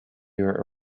your